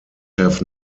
have